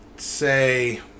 say